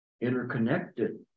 interconnected